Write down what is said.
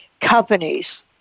companies